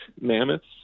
mammoths